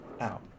out